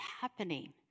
happening